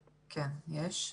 כן, יש.